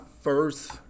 first